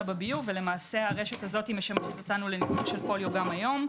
בביוב והרשת הזו משמשת אותנו לניטור של פוליו גם היום.